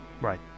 Right